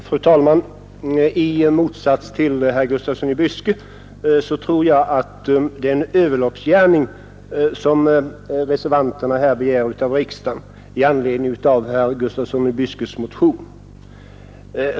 Fru talman! I motsats till herr Gustafsson i Byske tror jag att det är en överloppsgärning som reservanterna här begär av riksdagen med anledning av herr Gustafssons motion.